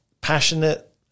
Passionate